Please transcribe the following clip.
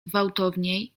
gwałtowniej